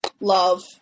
love